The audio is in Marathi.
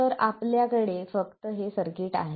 तर आपल्याकडे फक्त हे सर्किट आहे